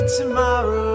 tomorrow